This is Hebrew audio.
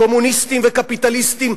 קומוניסטים וקפיטליסטים,